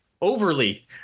overly